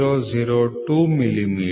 002 millimetre